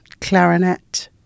clarinet